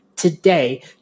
today